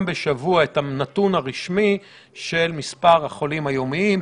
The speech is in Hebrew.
בשבוע את הנתון הרשמי של מספר החולים היומיים.